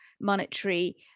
monetary